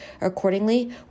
Accordingly